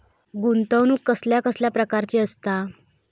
गुंतवणूक कसल्या कसल्या प्रकाराची असता?